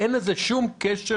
אין לזה שום קשר